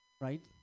right